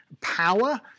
power